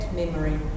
memory